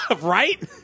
Right